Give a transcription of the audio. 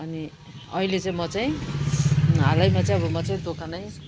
अनि अहिले चाहिँ म चाहिँ हालैमा चाहिँ म चाहिँ दोकानै